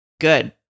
good